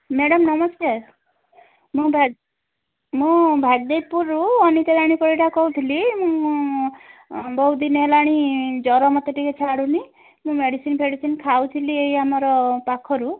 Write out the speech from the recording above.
madam ନମସ୍କାର ମୁଁ ମୁଁ ଭାଗଦେଇପୁରରୁ ଅନିକା ରାଣୀ ପରିଡ଼ା କହୁଥିଲି ମୁଁ ବହୁତ ଦିନ ହେଲାଣି ଜ୍ଵର ମୋତେ ଟିକିଏ ଛାଡ଼ୁନି ମୁଁ ମେଡ଼ିସିନ୍ ଫେଡ଼ିସିନ୍ ଖାଉଥିଲି ଏଇ ଆମର ପାଖରୁ